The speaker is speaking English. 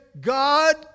God